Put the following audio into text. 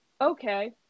okay